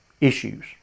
issues